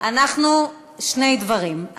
שני דברים: